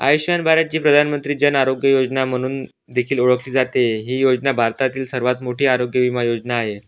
आयुष्मान भारत जी प्रधानमंत्री जन आरोग्य योजना म्हणून देखील ओळखली जाते ही योजना भारतातील सर्वात मोठी आरोग्य विमा योजना आहे